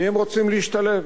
שהם רוצים להשתלב,